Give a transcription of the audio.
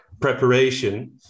preparation